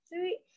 three